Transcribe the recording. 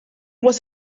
was